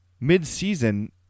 mid-season